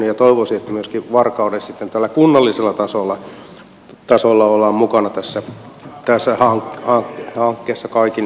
toivoisin että myöskin varkaudessa sitten tällä kunnallisella tasolla ollaan mukana tässä hankkeessa kaikin puolin